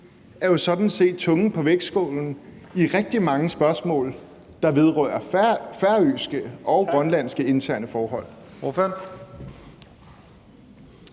er jo sådan set tungen på vægtskålen i rigtig mange spørgsmål, der vedrører færøske og grønlandske interne forhold.